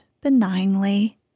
benignly